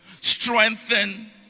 strengthen